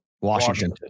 Washington